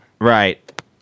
Right